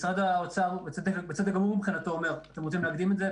משרד האוצר בצדק גמור מבחינתו אומר אתם רוצים להקדים את זה?